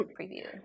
preview